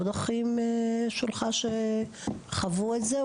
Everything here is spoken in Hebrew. עוד אחים שלך שחוו את זה?